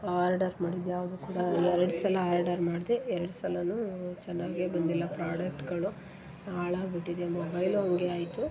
order ಮಾಡಿದ ಯಾವುದೂ ಕೂಡ ಎರಡು ಸಲ ಆರ್ಡರ್ ಮಾಡಿದೆ ಎರಡು ಸಲವೂ ಚೆನ್ನಾಗೇ ಬಂದಿಲ್ಲ ಪ್ರಾಡಕ್ಟ್ಗಳು ಹಾಳಾಗಿಬಿಟ್ಟಿದೆ ಮೊಬೈಲೂ ಹಂಗೇ ಆಯಿತು